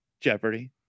Jeopardy